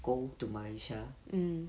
go to malaysia